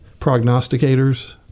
prognosticators